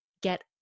get